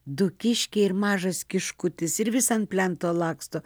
du kiškiai ir mažas kiškutis ir vis ant plento laksto